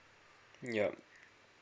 yup